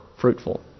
fruitful